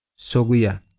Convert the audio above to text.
soguya